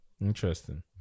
Interesting